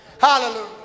Hallelujah